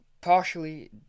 partially